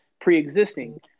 pre-existing